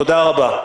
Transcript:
תודה רבה.